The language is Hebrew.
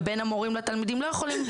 ובין התלמידים לתלמידים לא יכולים,